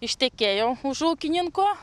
ištekėjau už ūkininko